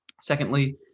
Secondly